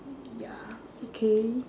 ya okay